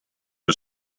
are